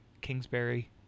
Kingsbury